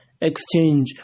exchange